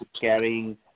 carrying –